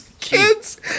Kids